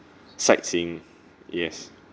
sightseeing yes